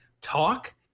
talk